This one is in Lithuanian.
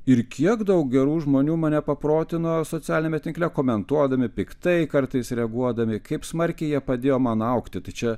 ir kiek daug gerų žmonių mane paprotino socialiniame tinkle komentuodami piktai kartais reaguodami kaip smarkiai jie padėjo man augti tai čia